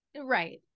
right